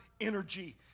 energy